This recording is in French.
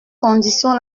conditions